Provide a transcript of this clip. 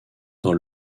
dans